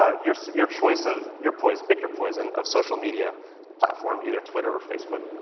ah your, your choice of, your poison, pick your poison of social media platform, either twitter or facebook.